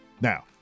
Now